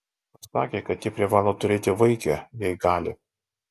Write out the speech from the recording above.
pasakė kad jie privalo turėti vaikę jei gali